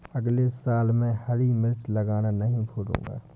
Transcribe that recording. अगले साल मैं हरी मिर्च लगाना नही भूलूंगा